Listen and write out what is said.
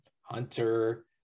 Hunter